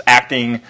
acting